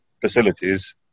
facilities